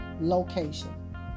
location